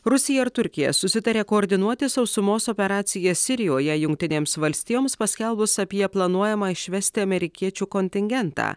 rusija ir turkija susitarė koordinuoti sausumos operaciją sirijoje jungtinėms valstijoms paskelbus apie planuojamą išvesti amerikiečių kontingentą